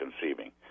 conceiving